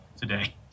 today